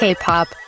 K-pop